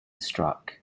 struck